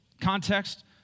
context